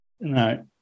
No